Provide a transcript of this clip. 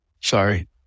sorry